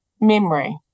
memory